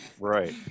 right